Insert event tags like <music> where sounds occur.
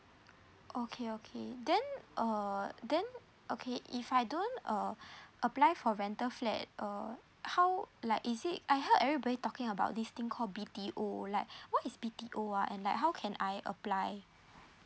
okay okay then uh then okay if I don't uh <breath> apply for rental flat uh how like is it I heard everybody talking about this thing call B_T_O like what is B_T_O ah and like how can I apply